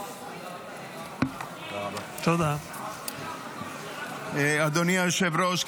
אדוני היושב-ראש,